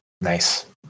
Nice